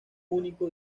único